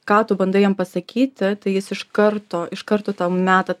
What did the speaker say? ką tu bandai jam pasakyti tai jis iš karto iš karto tau meta